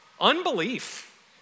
unbelief